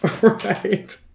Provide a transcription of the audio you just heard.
Right